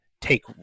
Take